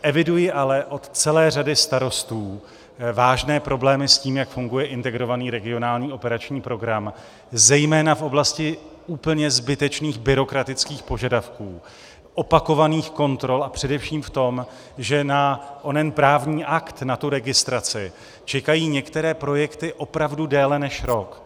Eviduji ale od celé řady starostů vážné problémy s tím, jak funguje Integrovaný regionální operační program, zejména v oblasti úplně zbytečných byrokratických požadavků, opakovaných kontrol a především v tom, že na onen právní akt, na tu registraci, čekají některé projekty opravdu déle než rok.